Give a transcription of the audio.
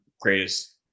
greatest